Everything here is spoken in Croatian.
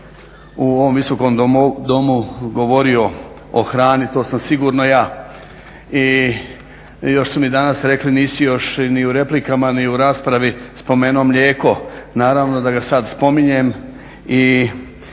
u ovom Visokom domu govorio o hrani, to sam sigurno ja i još su mi danas rekli nisi još ni u replikama ni u raspravi spomenuo mlijeko. Naravno da ga sada spominjem